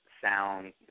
sound